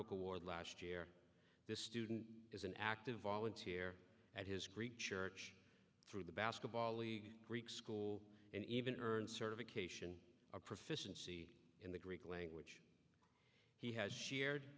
book award last year this student is an active volunteer at his greek church through the basketball league greek school and even earned certification a proficiency in the greek language he has shared